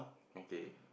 okay